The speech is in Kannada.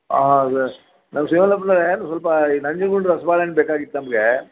ಆಂ ಅದೇ ನಮ್ಮ ಶಿವಾನಂದಪ್ಪನೋರೇ ಸ್ವಲ್ಪ ನಂಜನ್ಗೂಡು ರಸ್ಬಾಳೆಹಣ್ಣು ಬೇಕಾಗಿತ್ತು ನಮಗೆ